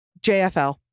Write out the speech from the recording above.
JFL